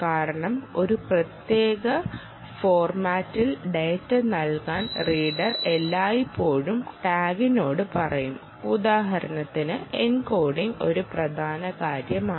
കാരണം ഒരു പ്രത്യേക ഫോർമാറ്റിൽ ഡാറ്റ നൽകാൻ റീഡർ എല്ലായ്പ്പോഴും ടാഗിനോട് പറയും ഉദാഹരണത്തിന് എൻകോഡിംഗ് ഒരു പ്രധാന കാര്യമാണ്